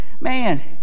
man